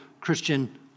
Christian